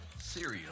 cereal